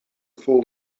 full